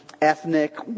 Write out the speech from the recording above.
ethnic